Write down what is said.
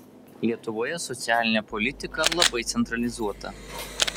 lietuvoje socialinė politika labai centralizuota